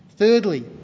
Thirdly